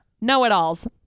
know-it-alls